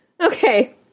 Okay